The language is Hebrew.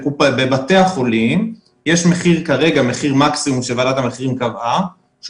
בבתי החולים יש כרגע מחיר מקסימום שוועדת המחירים קבעה שהוא